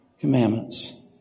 commandments